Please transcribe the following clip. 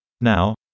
Now